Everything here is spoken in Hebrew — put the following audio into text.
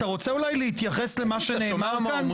אתה רוצה אולי להתייחס למה שנאמר כאן?